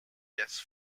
just